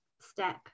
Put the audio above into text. step